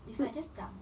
is like just 讲